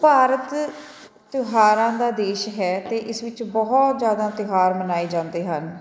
ਭਾਰਤ ਤਿਉਹਾਰਾਂ ਦਾ ਦੇਸ਼ ਹੈ ਅਤੇ ਇਸ ਵਿੱਚ ਬਹੁਤ ਜ਼ਿਆਦਾ ਤਿਉਹਾਰ ਮਨਾਏ ਜਾਂਦੇ ਹਨ